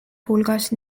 hulgas